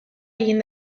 egin